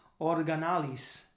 Organalis